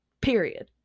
Period